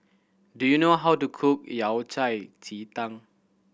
do you know how to cook Yao Cai ji tang